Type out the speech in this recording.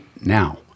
now